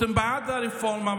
שאתם בעד הרפורמה,